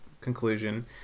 conclusion